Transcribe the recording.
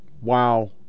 Wow